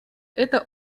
это